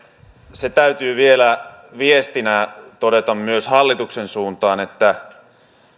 se täytyy vielä viestinä todeta myös hallituksen suuntaan että